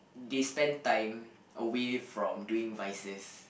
they spend time away from doing vices